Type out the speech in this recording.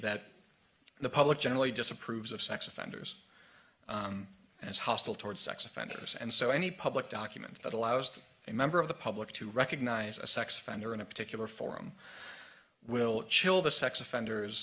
that the public generally disapproves of sex offenders as hostile toward sex offenders and so any public document that allows a member of the public to recognize a sex offender in a particular forum will chill the sex offenders